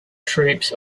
troops